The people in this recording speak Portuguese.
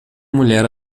mulher